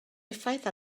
effaith